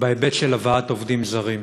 בהיבט של הבאת עובדים זרים.